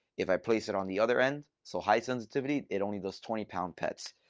if i place it on the other end so high sensitivity it only does twenty pound pets.